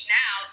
now